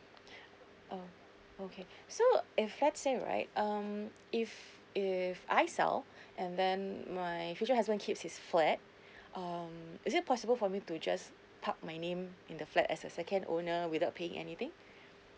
oh okay so if let's say right um if if I sell and then my future husband keeps his flat um is it possible for me to just park my name in the flat as a second owner without paying anything